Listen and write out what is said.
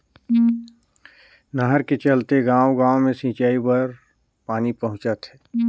नहर के चलते गाँव गाँव मे सिंचई बर पानी पहुंचथे